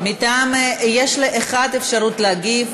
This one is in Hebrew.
יש לאחד אפשרות להגיב.